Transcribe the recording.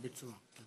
בביצוע, כן.